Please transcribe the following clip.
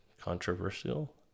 controversial